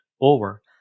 over